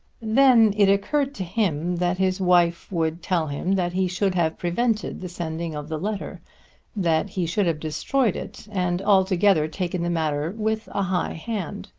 then it occurred to him that his wife would tell him that he should have prevented the sending of the letter that he should have destroyed it and altogether taken the matter with a high hand.